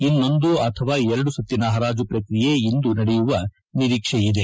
ಇನ್ನೊಂದು ಅಥವಾ ಎರಡು ಸುತ್ತಿನ ಪರಾಜು ಪ್ಲಕ್ರಿಯೆ ಇಂದು ನಡೆಯುವ ನಿರೀಕ್ಷೆ ಇದೆ